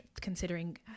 considering